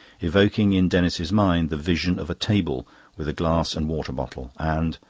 evoking in denis's mind the vision of a table with a glass and water-bottle, and,